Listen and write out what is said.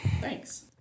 Thanks